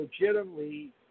legitimately